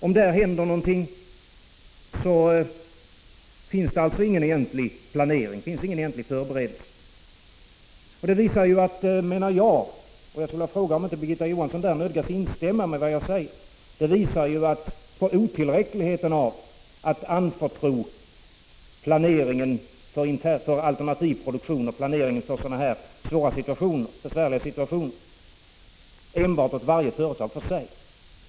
Om någonting skulle hända, finns det alltså inte någon egentlig planering. Man har inte vidtagit några egentliga förberedelser. Enligt min åsikt visar detta — jag undrar om Birgitta Johansson ändå inte instämmer i vad jag nu säger — att det är otillräckligt att anförtro planeringen för alternativ produktion och planeringen för besvärliga situationer av nämnda slag enbart åt det enskilda företaget.